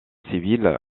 civile